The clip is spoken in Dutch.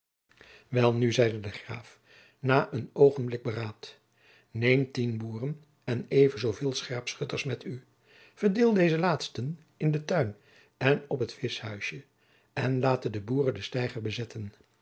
welnu zeide de graaf na een oogenblik beraad neem tien boeren en even zoo veel scherpschutters met u verdeel deze laatsten in jacob van lennep de pleegzoon den tuin en op het vischhuisje en laten de boeren den steiger bezetten